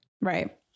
Right